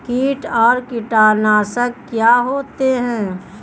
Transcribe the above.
कीट और कीटनाशक क्या होते हैं?